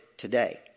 today